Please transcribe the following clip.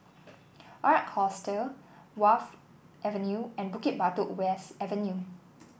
Ark Hostel Wharf Avenue and Bukit Batok West Avenue